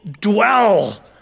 dwell